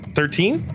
Thirteen